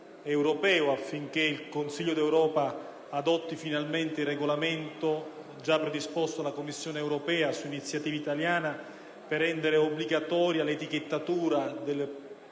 affinché il Consiglio d'Europa adotti finalmente il regolamento già predisposto dalla Commissione europea su iniziativa italiana per rendere obbligatoria l'etichettatura con l'indicazione